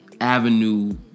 avenue